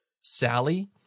Sally